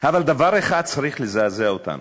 אבל דבר אחד צריך לזעזע אותנו,